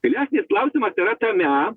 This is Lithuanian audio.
gilesnis klausimas yra tame